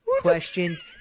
questions